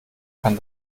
kann